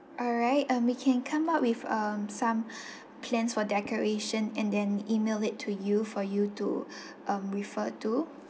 all right um we can come up with um some plans for decoration and then E-mail it to you for you to um refer to